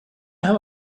have